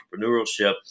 entrepreneurship